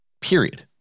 Period